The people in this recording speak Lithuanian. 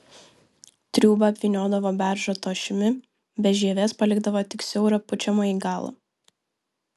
triūbą apvyniodavo beržo tošimi be žievės palikdavo tik siaurą pučiamąjį galą